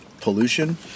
pollution